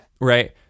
Right